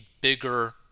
bigger